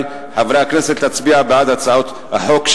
מחברי חברי הכנסת להצביע בעד הצעת החוק,